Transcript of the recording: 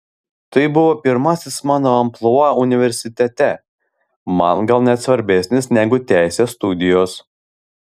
tai buvo pirmasis mano amplua universitete man gal net svarbesnis negu teisės studijos